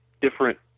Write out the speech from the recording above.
different